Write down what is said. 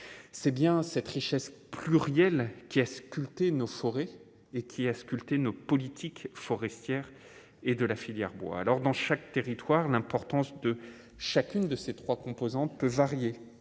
c'est bien cette richesse plurielle qui est sculpté nos forêts et qui a sculpté nos politiques forestière et de la filière bois alors dans chaque territoire l'importance de chacune de ces 3 composantes peut varier